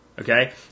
Okay